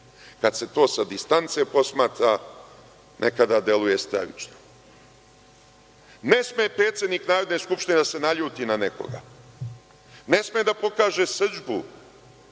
kad se to sa distance posmatra nekada deluje stravično. Ne sme predsednik Narodne skupštine da se naljuti na nekoga, ne sme da pokaže srdžbu,